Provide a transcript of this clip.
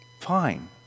fine